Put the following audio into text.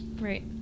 Right